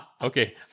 Okay